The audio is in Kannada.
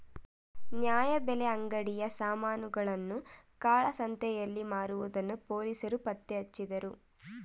ನ್ಯಾಯಬೆಲೆ ಅಂಗಡಿಯ ಸಾಮಾನುಗಳನ್ನು ಕಾಳಸಂತೆಯಲ್ಲಿ ಮಾರುವುದನ್ನು ಪೊಲೀಸರು ಪತ್ತೆಹಚ್ಚಿದರು